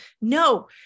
no